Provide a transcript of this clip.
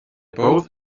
both